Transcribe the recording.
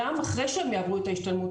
גם אחרי שהם יעברו את ההשתלמות,